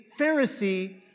Pharisee